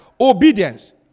Obedience